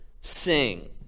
sing